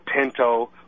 Pinto